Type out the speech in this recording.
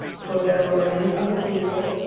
for there were many other people,